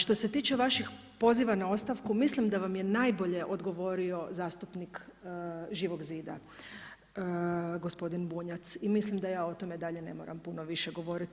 Što se tiče vaših poziva na ostavku mislim da vam je najbolje odgovorio zastupnik Živog zida gospodin Bunjac i mislim da ja o tome dalje ne moram puno više govoriti.